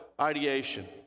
ideation